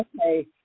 Okay